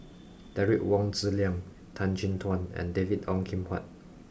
Derek Wong Zi Liang Tan Chin Tuan and David Ong Kim Huat